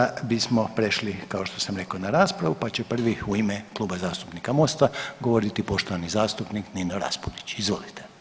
Sada bismo prešli, kao što sam rekao, na raspravu pa će prvi u ime Kluba zastupnika Mosta govoriti poštovani zastupnik Nino Raspudić, izvolite.